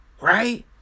right